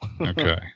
Okay